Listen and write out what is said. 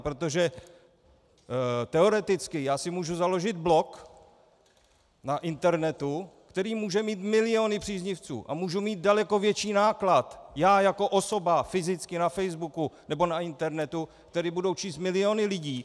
Protože teoreticky si mohu založit blog na internetu, který může mít miliony příznivců, a můžu mít daleko větší náklad já jako osoba fyzicky na Facebooku nebo na internetu, který budou číst miliony lidí.